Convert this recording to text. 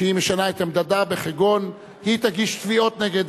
שהיא משנה את עמדתה, בכגון: היא תגיש תביעות נגד